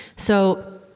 so,